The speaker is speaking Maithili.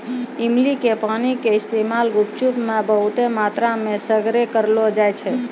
इमली के पानी के इस्तेमाल गुपचुप मे बहुते मात्रामे सगरे करलो जाय छै